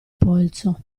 polso